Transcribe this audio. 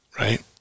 Right